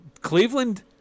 Cleveland